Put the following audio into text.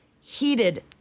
heated